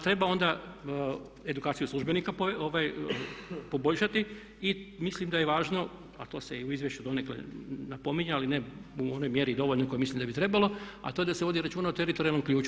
Treba onda edukaciju službenika poboljšati i mislim da je važno, a to ste u izvješću donekle napominjali ali ne u onoj mjeri i dovoljno koliko mislim da bi trebalo a to je da se vodi računa o teritorijalnom ključu.